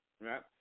Right